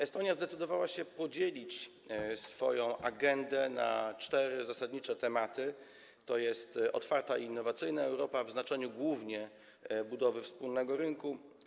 Estonia zdecydowała się podzielić swoją agendę na cztery zasadnicze tematy, takie jak: otwarta i innowacyjna Europa, w znaczeniu głównie budowy wspólnego rynku,